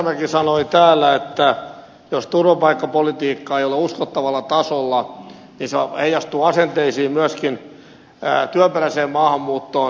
rajamäki sanoi täällä että jos turvapaikkapolitiikka ei ole uskottavalla tasolla niin se heijastuu myöskin työperäiseen maahanmuuttoon kohdistuviin asenteisiin